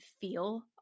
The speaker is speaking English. feel